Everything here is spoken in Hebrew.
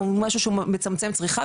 הוא מצמצם צריכה,